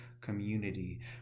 community